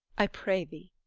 i pray thee,